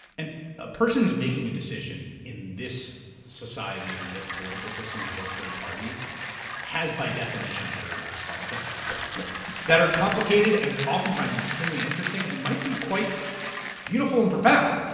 a person who's making a decision in this society and this political system to vote third party has by definition heterodox politics that are complicated and oftentimes extremely interesting and might be quite beautiful and profound,